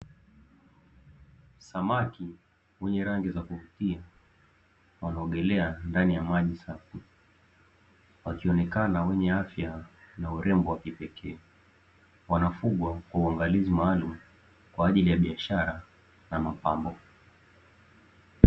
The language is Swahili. Samaki wenye rangi za kuvutia, wanaogelea ndani ya maji safi, wakionekana wenye afya, na urembo na kipekee, wanafugwa kwa uangalizi maalumu kwa ajli ya biashara na mapambo.